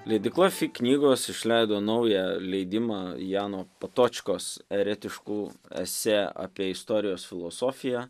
leidykla fi knygos išleido naują leidimą jano patočkos eretiškų esė apie istorijos filosofiją